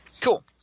Cool